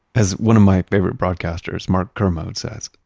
as one of my favorite broadcasters, mark kermode, says,